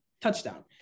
Touchdown